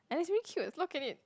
and it's very cute look at it